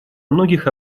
многих